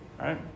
Right